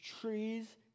trees